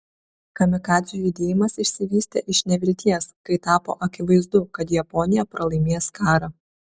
kamikadzių judėjimas išsivystė iš nevilties kai tapo akivaizdu kad japonija pralaimės karą